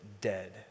dead